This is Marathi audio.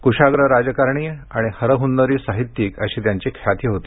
कशाग्र राजकारणी आणि हरहन्नरी साहित्यिक अशी त्यांची ख्याती होती